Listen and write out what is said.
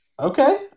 Okay